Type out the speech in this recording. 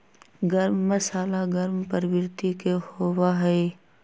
गर्म मसाला गर्म प्रवृत्ति के होबा हई